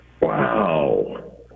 Wow